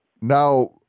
Now